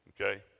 Okay